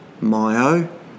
myo